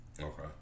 Okay